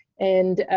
and